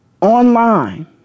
online